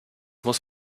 muss